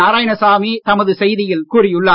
நாராயணசாமி தமது செய்தியில் கூறியுள்ளார்